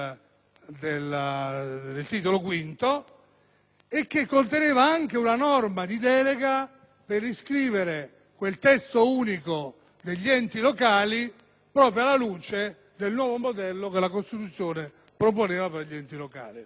del Titolo V e che conteneva anche una norma di delega per riscrivere quel Testo unico degli enti locali proprio alla luce del nuovo modello che la Costituzione proponeva per gli enti locali.